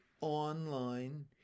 online